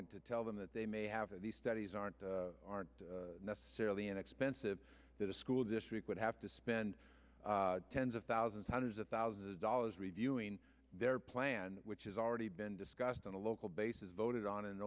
and to tell them that they may have these studies aren't aren't necessarily inexpensive that a school district would have to spend tens of thousands hundreds of thousands of dollars reviewing their plan which has already been discussed on a local basis voted on an